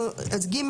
(ג)